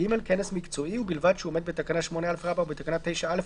כנס מקצועי ובלבד שהוא עומד בתקנה 8א ובתקנה 9(א)